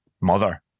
mother